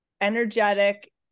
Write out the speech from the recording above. energetic